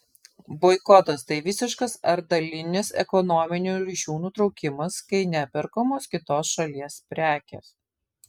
boikotas tai visiškas ar dalinis ekonominių ryšių nutraukimas kai neperkamos kitos šalies prekės